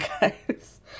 guys